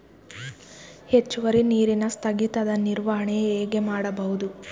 ಹೆಚ್ಚುವರಿ ನೀರಿನ ಸ್ಥಗಿತದ ನಿರ್ವಹಣೆ ಹೇಗೆ ಮಾಡಬಹುದು?